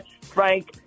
Frank